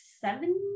seven